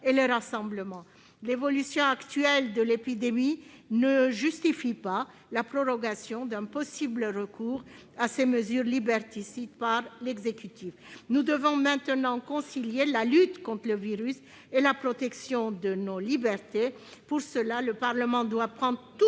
et les rassemblements. L'évolution actuelle de l'épidémie ne justifie pas la prorogation d'un possible recours à des mesures aussi liberticides par l'exécutif. Nous devons maintenant concilier la lutte contre le virus et la protection de nos libertés. Pour cela, le Parlement doit prendre